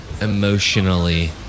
emotionally